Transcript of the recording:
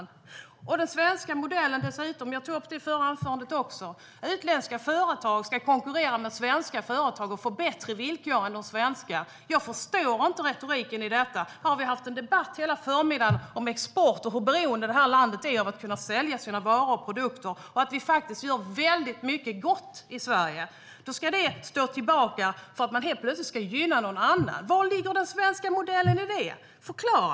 När det gäller den svenska modellen ska dessutom, som jag tog upp i mitt förra inlägg, utländska företag konkurrera med svenska företag och få bättre villkor än de. Jag förstår inte retoriken här. Här har vi haft en debatt hela förmiddagen om export och hur beroende det här landet är av att kunna sälja sina varor och produkter och att vi faktiskt gör väldigt mycket gott i Sverige. Då ska det stå tillbaka för att man helt plötsligt ska gynna någon annan. Var ligger den svenska modellen i det? Förklara!